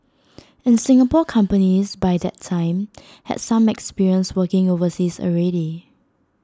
and Singapore companies by that time had some experience working overseas already